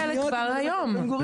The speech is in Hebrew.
יש הרבה מאוד תוכניות כאלה כבר היום.